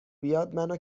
بیاد، منو